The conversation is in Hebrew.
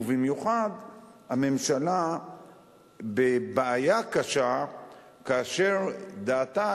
ובמיוחד הממשלה בבעיה קשה כאשר דעתה,